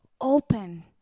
open